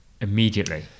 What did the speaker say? immediately